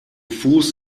fuß